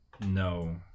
No